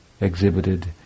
exhibited